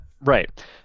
Right